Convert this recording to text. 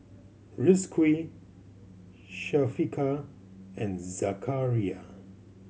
Rizqi Syafiqah and Zakaria